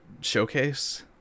showcase